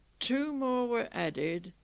two more were added.